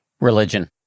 Religion